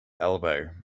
elbow